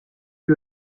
lui